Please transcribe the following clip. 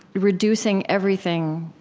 reducing everything,